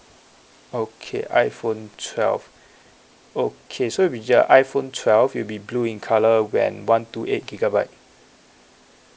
okay iphone twelve okay so it'll be a iphone twelve it'll be blue in colour w~ and one two eight gigabyte